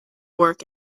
work